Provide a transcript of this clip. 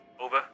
over